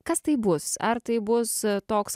kas tai bus ar tai bus toks